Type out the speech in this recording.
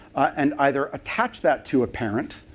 and either attach that to a parent.